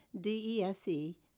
DESE